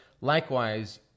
likewise